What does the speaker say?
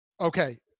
Okay